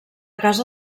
casa